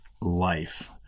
life